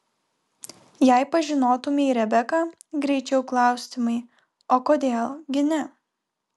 jei pažinotumei rebeką greičiau klaustumei o kodėl gi ne